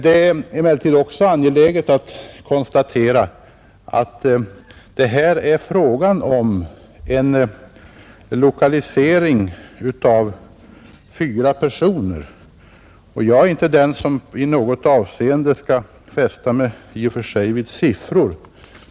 Det är emellertid också angeläget att konstatera att det här är fråga om en lokalisering av fyra personer, Jag är inte den som i något avseende fäster mig alltför mycket vid siffror.